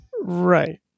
Right